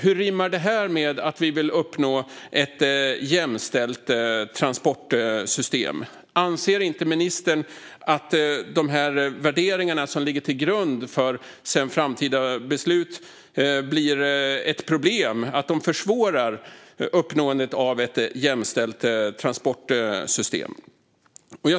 Hur rimmar detta med att vi vill uppnå ett jämställt transportsystem? Anser inte ministern att de värderingar som ligger till grund för framtida beslut blir ett problem? Försvårar de inte uppnåendet av ett jämställt transportsystem?